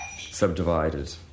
subdivided